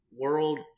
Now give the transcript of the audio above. world